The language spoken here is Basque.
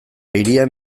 hirian